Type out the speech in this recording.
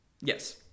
Yes